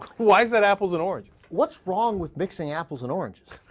why is that apples and oranges what's wrong with mixing apples and oranges